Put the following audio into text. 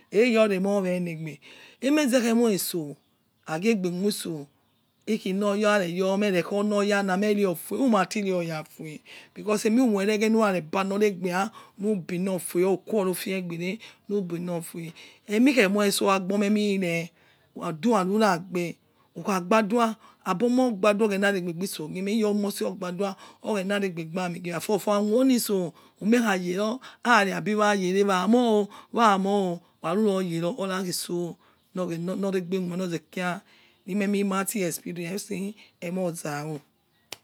Aiyo re were le aigbe aize emo itso aighe gbe khuitso ikhi loya mie re fue uniati ne oya fua umoreghe hu kho ni balo aigbia ukhor ofin aigbe wo hi bilo fue. Amie khr mo itso aigbo emime odua lura agbe ugha badua aba omo gbadua oghena okrese ghi me ikhor omosi bi bachi oghena ramk aimia loso ghime oliso umie khu ware ne aibawa yare wa oi wa moi wo-equre yaro ora khiso loregbe khue loze kira limeane miti explain emo ozowo